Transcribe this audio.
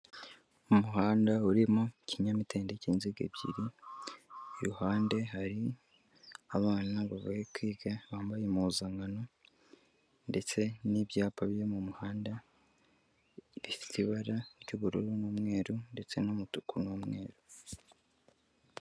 Umuhanda urimo ikinyamitende cy'inziga ebyiri, iruhande hari abana bavuye kwiga, bambaye impuzankan ndetse n'ibyapa byo mu muhanda, bifite ibara ry'ubururu n'umweru ndetse n'umutuku n'umweru.